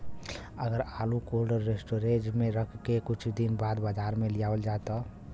अगर आलू cold storage में रख के कुछ दिन बाद बाजार में लियावल जा?